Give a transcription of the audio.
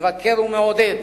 מבקר ומעודד.